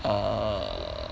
err